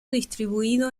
distribuido